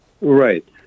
Right